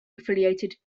affiliated